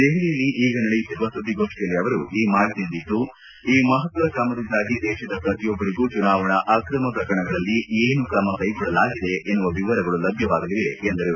ದೆಹಲಿಯಲ್ಲಿ ಈಗ ನಡೆಯುತ್ತಿರುವ ಸುದ್ದಿಗೋಷ್ಟಿಯಲ್ಲಿ ಅವರು ಈ ಮಾಹಿತಿ ನೀಡಿದ್ದು ಈ ಮಹತ್ವದ ಕ್ರಮದಿಂದಾಗಿ ದೇಶದ ಪ್ರತಿಯೊಬ್ಬರಿಗೂ ಚುನಾವಣಾ ಆಕ್ರಮ ಪ್ರಕರಣಗಳಲ್ಲಿ ಏನು ಕ್ರಮ ಕೈಗೊಳ್ಳಲಾಗಿದೆ ಎನ್ನುವ ವಿವರಗಳು ಲಭ್ಯವಾಗಲಿವೆ ಎಂದರು